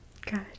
Good